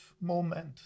moment